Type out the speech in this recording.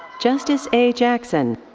justus a. jackson.